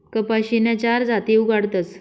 कपाशीन्या चार जाती उगाडतस